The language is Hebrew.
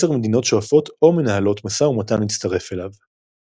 עשר מדינות שואפות או מנהלות משא ומתן להצטרף אליו.